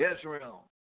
Israel